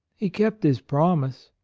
he kept his promise.